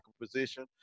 position